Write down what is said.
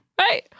right